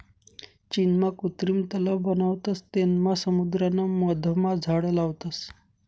चीनमा कृत्रिम तलाव बनावतस तेनमा समुद्राना मधमा झाड लावतस